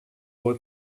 boy